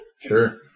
Sure